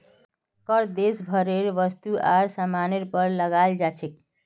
कर देश भरेर वस्तु आर सामानेर पर लगाल जा छेक